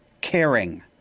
caring